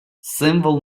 символ